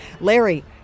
Larry